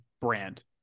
brand